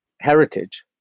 heritage